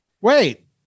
Wait